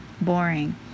boring